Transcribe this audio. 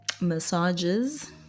massages